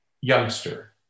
youngster